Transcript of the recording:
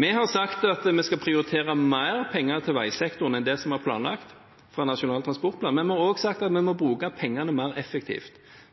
Vi har sagt at vi skal prioritere mer penger til veisektoren enn det som er planlagt i Nasjonal transportplan, men vi har også sagt at vi må bruke pengene mer effektivt.